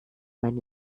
mein